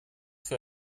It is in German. für